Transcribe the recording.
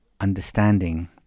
understanding